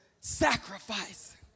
sacrifice